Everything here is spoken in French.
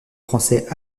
français